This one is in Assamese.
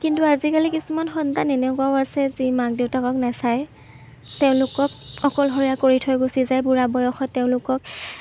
কিন্তু আজিকালি কিছুমান সন্তান এনেকুৱাও আছে যি মাক দেউতাক নেচায় তেওঁলোকক অকলশৰীয়া কৰি থৈ গুচি যায় বুঢ়া বয়সত তেওঁলোকক